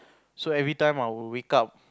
so every time I will wake up